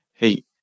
hey